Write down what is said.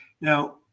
Now